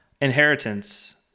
Inheritance